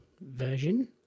version